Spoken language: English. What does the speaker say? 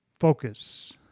focus